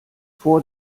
vor